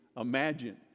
imagine